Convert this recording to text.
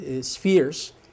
spheres